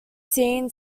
seen